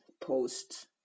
posts